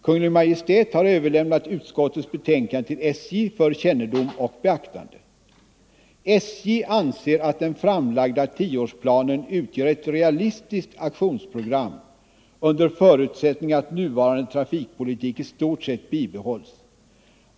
Kungl. Maj:t har överlämnat utskottets betänkande till SJ för kännedom och beaktande. SJ anser att den framlagda tioårsplanen utgör ett realistiskt aktionsprogram under förutsättning att nuvarande trafikpolitik i stort sett bibehålls.